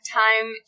time